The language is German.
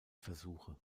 versuche